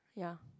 ya